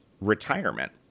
retirement